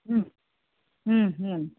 ಹ್ಞೂ ಹ್ಞೂ ಹ್ಞೂ